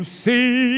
see